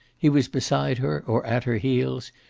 he was beside her or at her heels,